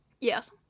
Yes